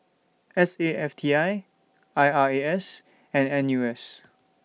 S A F T I I R A S and N U S